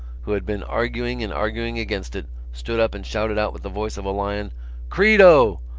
who had been arguing and arguing against it, stood up and shouted out with the voice of a lion credo!